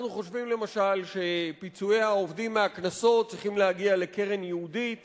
אנחנו חושבים למשל שפיצויי העובדים מהקנסות צריכים להגיע לקרן ייעודית